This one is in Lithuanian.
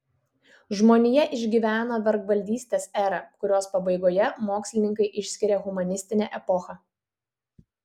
žmonija išgyveno vergvaldystės erą kurios pabaigoje mokslininkai išskiria humanistinę epochą